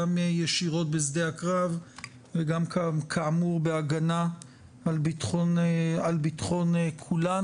גם ישירות בשדה הקרב וגם בהגנה על ביטחון כולנו.